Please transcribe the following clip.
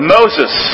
Moses